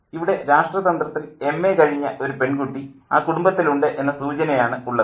ഇവിടെ രാഷ്ട്രതന്ത്രത്തിൽ എംഎ കഴിഞ്ഞ ഒരു പെൺകുട്ടി ആ കുടുംബത്തിലുണ്ട് എന്ന സൂചനയാണ് ഉള്ളത്